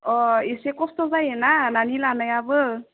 अ एसे खस्थ' जायोना नानि लानायाबो